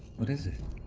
what is it?